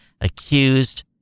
Accused